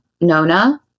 Nona